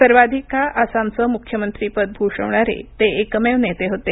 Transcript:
सर्वाधिक काळ आसामचं मुख्यमंत्रीपद भूषवणारे ते एकमेव नेते होते